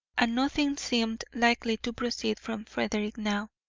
and nothing seemed likely to proceed from frederick now,